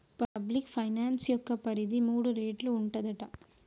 public finance యొక్క పరిధి మూడు రేట్లు ఉంటదట